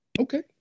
Okay